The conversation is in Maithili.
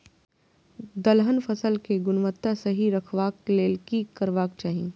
दलहन फसल केय गुणवत्ता सही रखवाक लेल की करबाक चाहि?